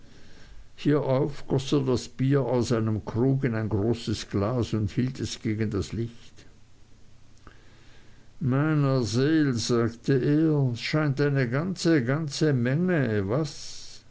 goß er das bier aus einem krug in ein großes glas und hielt es gegen das licht meiner seel sagte er es scheint eine ganze ganze menge was